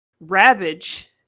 Ravage